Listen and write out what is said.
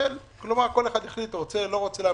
כל אחד יחליט אם רוצה, לא רוצה להמשיך,